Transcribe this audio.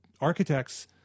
architects